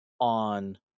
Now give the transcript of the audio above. on